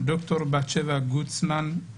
ד"ר בת שבע גוטסמן: